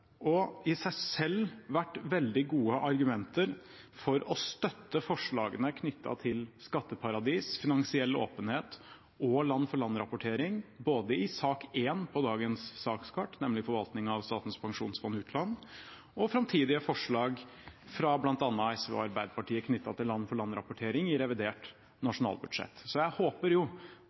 og i seg selv vært veldig gode argumenter for å støtte forslagene knyttet til skatteparadis, finansiell åpenhet og land-for-land-rapportering både i sak nr. 1 på dagens sakskart, nemlig forvaltning av Statens pensjonsfond utland, og framtidige forslag fra bl.a. SV og Arbeiderpartiet knyttet til land-for-land-rapportering i revidert nasjonalbudsjett. Så jeg håper jo